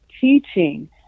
teaching